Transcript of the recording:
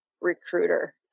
recruiter